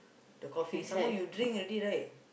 the coffee some more you drink already right